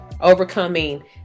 Overcoming